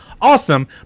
awesome